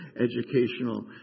educational